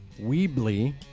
Weebly